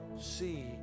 see